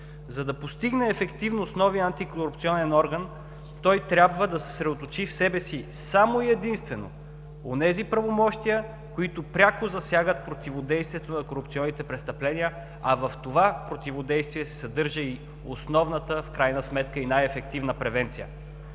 За да постигне ефективност новият Антикорупционен орган трябва да съсредоточи в себе си само и единствено онези правомощия, които пряко засягат противодействието на корупционните престъпления, а в това противодействие се съдържа и основната, в крайна сметка и най-ефективна превенция.